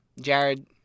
Jared